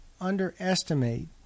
underestimate